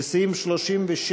אין הסתייגויות.